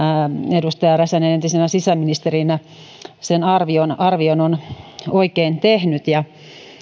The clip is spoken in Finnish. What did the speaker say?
edustaja räsänen entisenä sisäministerinä sen arvion arvion on oikein tehnyt ja